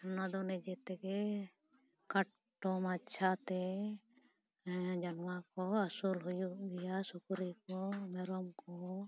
ᱱᱚᱣᱟ ᱫᱚ ᱢᱟᱱᱮ ᱡᱮᱛᱮᱜᱮ ᱠᱷᱟᱴᱚ ᱢᱟᱪᱷᱟ ᱛᱮ ᱡᱟᱱᱣᱟ ᱠᱚ ᱟᱹᱥᱩᱞ ᱦᱩᱭᱩᱜ ᱜᱮᱭᱟ ᱥᱩᱠᱨᱤ ᱠᱚ ᱢᱮᱨᱚᱢ ᱠᱚ